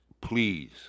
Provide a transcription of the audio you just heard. please